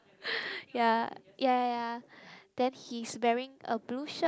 ya ya ya ya then he's wearing a blue shirt